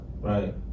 right